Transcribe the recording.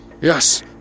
Yes